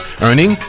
Earning